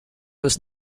was